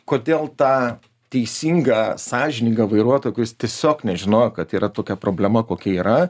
kodėl tą teisingą sąžiningą vairuotoją kuris tiesiog nežinojo kad yra tokia problema kokia yra